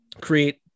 create